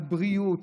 על בריאות,